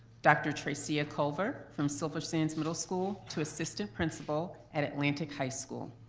dr. tracy a culver from silver sands middle school to assistant principal at atlantic high school.